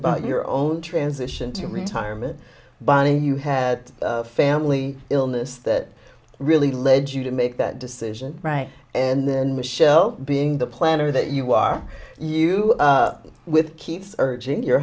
about your own transition to retirement bonnie you had a family illness that really led you to make that decision right and then michelle being the planner that you are you with keeps urging your